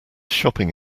shopping